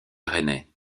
rennais